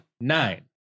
Nine